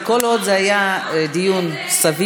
כל עוד זה היה דיון סביר,